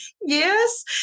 yes